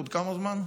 עוד כמה זמן?